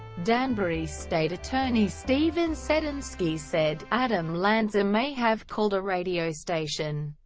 danbury state attorney stephen sedensky said adam lanza may have called a radio station,